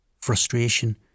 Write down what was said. frustration